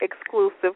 exclusive